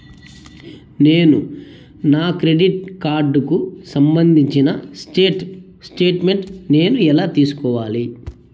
నేను నా క్రెడిట్ కార్డుకు సంబంధించిన స్టేట్ స్టేట్మెంట్ నేను ఎలా తీసుకోవాలి?